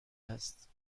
است